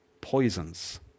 poisons